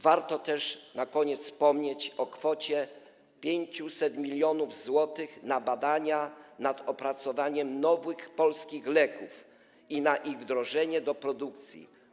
Warto też na koniec wspomnieć o kwocie 500 mln zł na badania nad opracowaniem nowych polskich leków i na ich wdrożenie do produkcji.